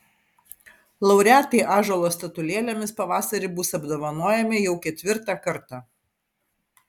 laureatai ąžuolo statulėlėmis pavasarį bus apdovanojami jau ketvirtą kartą